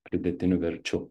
pridėtinių verčių